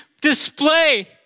display